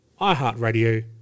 iHeartRadio